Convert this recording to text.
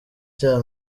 cya